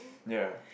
ya